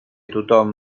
tothom